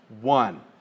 one